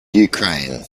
ukraine